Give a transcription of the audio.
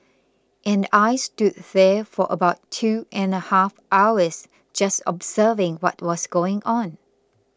and I stood there for about two and a half hours just observing what was going on